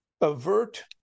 avert